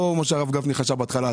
לא מה שהרב גפני חשב בהתחלה.